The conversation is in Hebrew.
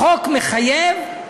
החוק מחייב,